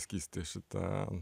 skystį šita